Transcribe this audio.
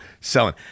selling